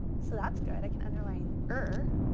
so that's good, i can underline er.